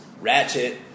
ratchet